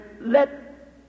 let